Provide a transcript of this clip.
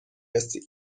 رسی